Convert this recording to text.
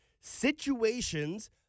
Situations